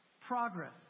progress